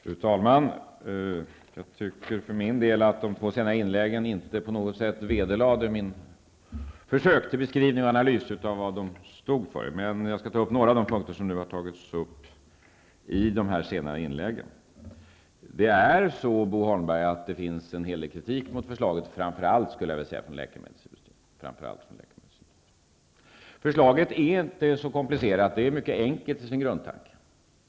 Fru talman! Jag tycker för min del inte att de två senaste inläggen vederlade mitt försök till analys och beskrivning av vad talarna stod för. Men jag skall ta upp några av de punkter som nu har berörts i de senaste inläggen. Det är så, Bo Holmberg, att det finns en hel del kritik mot förslaget, framför allt, skulle jag vilja säga, från läkemedelsindustrin. Förslaget är inte så komplicerat -- det är mycket enkelt i sin grundtanke.